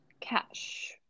Cash